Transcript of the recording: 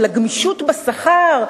של הגמישות בשכר.